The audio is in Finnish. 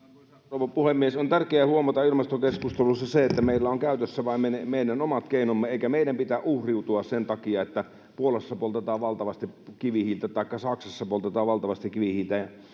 rouva puhemies on tärkeää huomata ilmastokeskustelussa se että meillä on käytössä vain meidän omat keinomme eikä meidän pidä uhriutua sen takia että puolassa poltetaan valtavasti kivihiiltä taikka saksassa poltetaan valtavasti kivihiiltä muun muassa